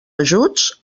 ajuts